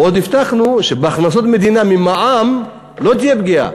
עוד הבטחנו שבהכנסות המדינה ממע"מ לא תהיה פגיעה,